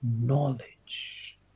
knowledge